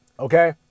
Okay